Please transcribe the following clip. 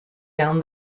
down